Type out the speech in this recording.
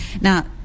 Now